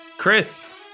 Chris